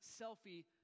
selfie